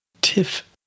Tiff